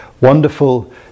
wonderful